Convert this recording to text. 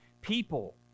people